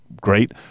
great